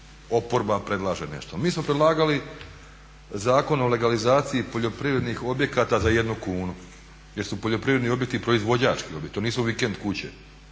oporba predlaže nešto. Mi smo predlagali Zakon o legalizaciji poljoprivrednih objekata za 1 kunu jer su poljoprivredni objekti proizvođački objekti. To nisu vikend kuće,